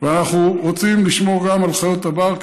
ואנחנו רוצים לשמור גם על חיות הבר,